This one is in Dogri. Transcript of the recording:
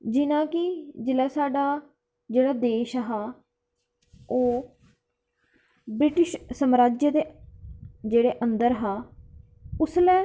जेल्लै की जेल्लै साढ़ा देश हा ओह् ब्रिटिश सम्राज्य दे जेह्ड़े अंदर हा उसलै